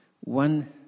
One